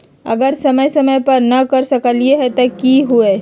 अगर समय समय पर न कर सकील त कि हुई?